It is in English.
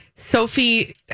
Sophie